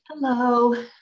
hello